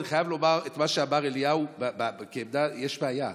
ואני חייב לומר את מה שאמר אליהו כעמדה: יש בעיה.